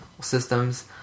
systems